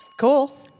Cool